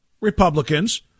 Republicans